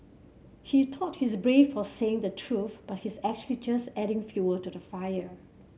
he thought he's brave for saying the truth but he's actually just adding fuel to the fire